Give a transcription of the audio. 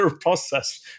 process